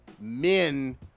Men